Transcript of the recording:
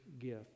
gift